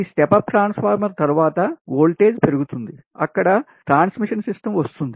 ఈ step up transformer తరువాత voltage పెరుగుతుంది అక్కడ ట్రాన్స్మిషన్ సిస్టమ్ వస్తుంది